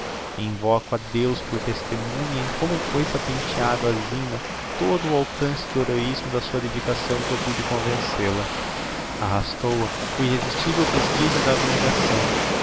invoco a deus por testemunha em como foi patenteando á zina todo o alcance do heroismo da sua dedicação que eu pude convencêl a arrastou-a o irresistivel prestigio da abnegação